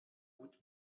gut